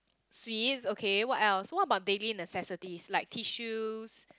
sweets okay what else what about daily necessities like tissues